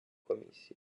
комісії